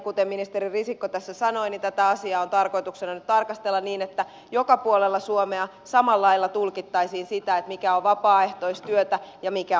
kuten ministeri risikko tässä sanoi niin tätä asiaa on tarkoituksena nyt tarkastella niin että joka puolella suomea samalla lailla tulkittaisiin sitä mikä on vapaaehtoistyötä ja mikä on palkkatyötä